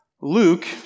Luke